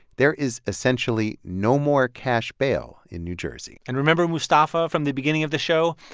there is essentially no more cash bail in new jersey and remember mustafa from the beginning of the show?